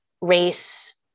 race